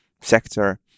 sector